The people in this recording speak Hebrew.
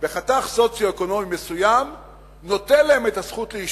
בחתך סוציו-אקונומי מסוים נותן להם את הזכות לאשפוז.